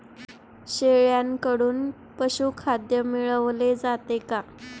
शेळ्यांकडून पशुखाद्य मिळवले जाते का?